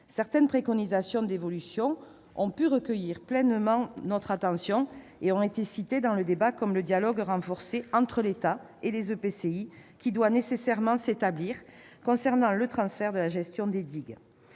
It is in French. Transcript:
Certaines préconisations d'évolution ont pu recueillir pleinement notre attention et ont été citées dans le débat, comme le dialogue renforcé entre l'État et les EPCI qui doit nécessairement s'établir concernant le transfert de la gestion des digues.